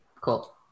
cool